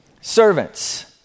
Servants